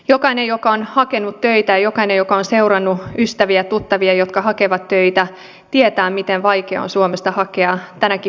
jokainen joka on hakenut töitä ja jokainen joka on seurannut ystäviä tuttavia jotka hakevat töitä tietää miten vaikeaa suomesta on hakea tänäkin päivänä töitä